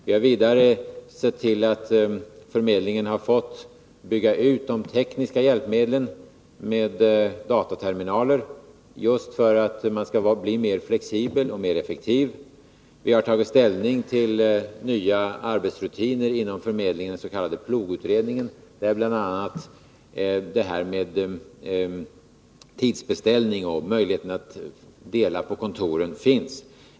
Vi har vidare sett till att förmedlingen fått bygga ut de tekniska hjälpmedlen, med dataterminaler, just för att bli mera flexibel och effektiv. Vi har tagit ställning till nya arbetsrutiner inom förmedlingen, den s.k. PILOG-utredningen, med förslag till tidsbeställning och möjlighet att dela på kontoren.